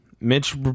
Mitch